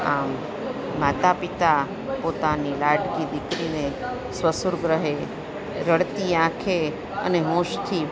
આમ માતા પિતા પોતાની લાડકી દીકરીને સ્વસુર્ગ રહે રડતી આંખે અને હોંશથી